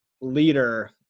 leader